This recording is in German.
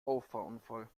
auffahrunfall